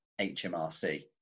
HMRC